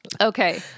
Okay